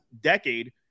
decade